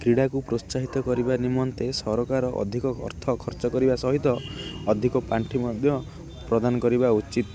କ୍ରୀଡ଼ାକୁ ପ୍ରୋତ୍ସାହିତ କରିବା ନିମନ୍ତେ ସରକାର ଅଧିକ ଅର୍ଥ ଖର୍ଚ୍ଚ କରିବା ସହିତ ଅଧିକ ପାଣ୍ଠି ମଧ୍ୟ ପ୍ରଦାନ କରିବା ଉଚିତ